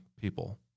people